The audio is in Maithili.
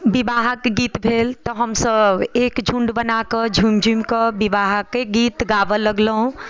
बिवाहक गीत भेल तऽ हमसभ एक झुण्ड बनाकऽ झुमि झुमि कऽ बिवाहक गीत गाबऽ लगलहुँ